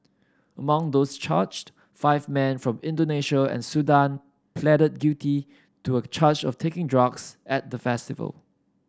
among those charged five men from Indonesia and Sudan pleaded guilty to a charge of taking drugs at the festival